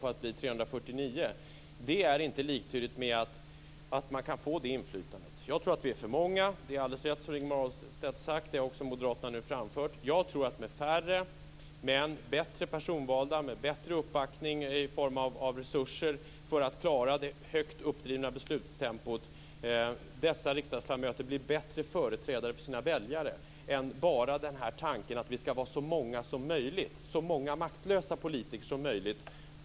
Det har ju sin speciella historia att vi landade på just 349 ledamöter. Jag tror att vi är för många. Det är alldeles rätt som Rigmor Ahlstedt har sagt. Det har också Moderaterna framfört. Jag tror att om vi har färre riksdagsledamöter, men bättre personvalda och bättre uppbackade i form av resurser för att klara det högt uppdrivna beslutstempot, kommer de att bli bättre företrädare för sina väljare, än tanken att vi skall vara så många som möjligt - så många maktlösa politiker som möjligt.